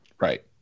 Right